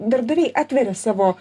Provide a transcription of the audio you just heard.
darbdaviai atveria savo